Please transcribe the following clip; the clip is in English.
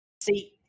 See